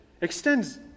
extends